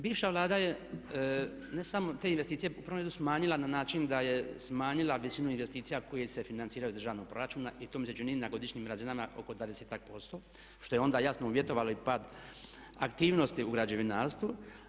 Bivša Vlada je ne samo te investicije u prvom redu smanjila na način da je smanjila visinu investicija koje se financiraju iz državnog proračuna i to mi se čini na godišnjim razinama oko dvadesetak posto što je onda jasno uvjetovalo i pad aktivnosti u građevinarstvu.